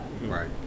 Right